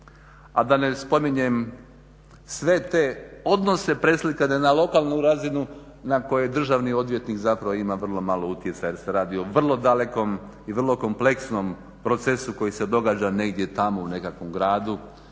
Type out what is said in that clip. A da ne spominjem sve te odnose preslikane na lokalnu razinu na kojoj državni odvjetnik zapravo ima vrlo malo utjecaja jer se radi o vrlo dalekom i vrlo kompleksnom procesu koji se događa negdje tamo u nekakvom gradu